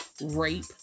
rape